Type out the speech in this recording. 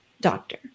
doctor